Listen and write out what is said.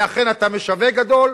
ואכן אתה משווק גדול,